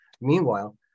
Meanwhile